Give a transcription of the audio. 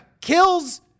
kills